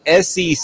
SEC